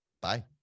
bye